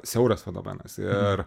siauras fenomenas ir